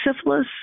Syphilis